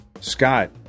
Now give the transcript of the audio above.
Scott